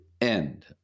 end